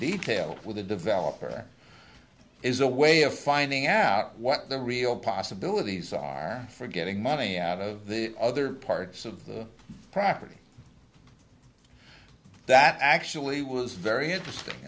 detail with the developer is a way of finding out what the real possibilities are for getting money out of the other parts of the property that actually was very interesting